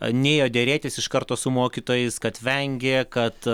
nėjo derėtis iš karto su mokytojais kad vengė kad